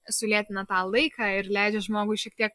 sulėtina tą laiką ir leidžia žmogui šiek tiek